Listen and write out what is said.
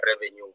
revenue